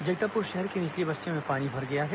जगदलपुर शहर की निचली बस्तियों में पानी भर गया है